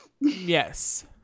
Yes